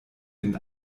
den